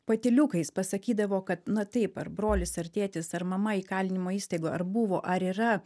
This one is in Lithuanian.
patyliukais pasakydavo kad na taip ar brolis ar tėtis ar mama įkalinimo įstaigoje ar buvo ar yra